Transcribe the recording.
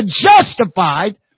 justified